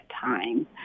time